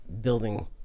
building